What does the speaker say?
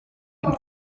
ihm